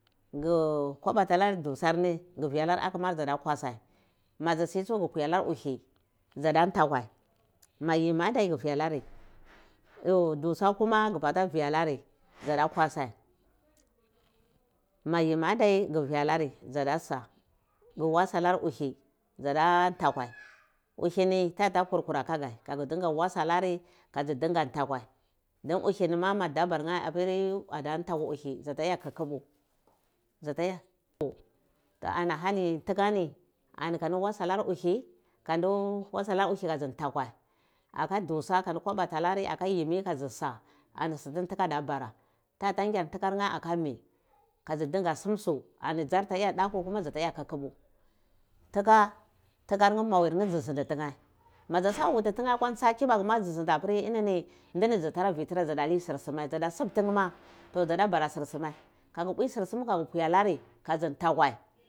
gu kwabatalar dusarni gu vi alar akumar dzada kwase madzu si tsu gu vialar mpuhi dzada nta kwa ma yimi adai gu vi alari dusa kuma gu bata vialari dzada kwasae ma yimi adai gu vi aladar dza da sa gu wasa lar uhidza da ntatwe uhi ni ta dza ta kur aka gbeh gu da din ga wasa lari ka dza din gu ntakwai dun uki nima ma dabar apiri ada ntaku uhi dzada ya kukupu toh anahani ntika ni ani ka di wasalar uhi ka dzi ntakwai aka dusa kadin kabwa talarin akayimi ka dzi sa ani su tu ntika adabara ntata ngyar ntikur nye akamu ka dzu dinga sum sa ani dzur at a ya daku huma dzata yel kukubu tika maga ngizi sida ntinye ndini dzi da tara vititira kuma dza da lai sur sume to dzadabara sursi me magu mpui sir sume toh aga pui alari